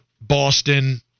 Boston